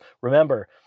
Remember